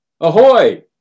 Ahoy